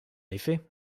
effet